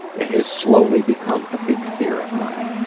it has slowly become a big fear of mine.